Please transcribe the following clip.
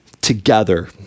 together